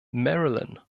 marilyn